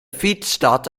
fietsstad